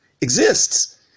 exists